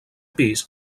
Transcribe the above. pis